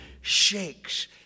shakes